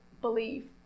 believe